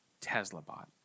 TeslaBot